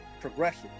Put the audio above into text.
progression